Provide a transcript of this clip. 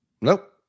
Nope